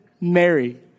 Mary